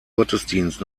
gottesdienst